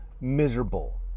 miserable